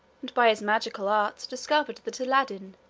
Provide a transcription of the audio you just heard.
and by his magic arts discovered that aladdin,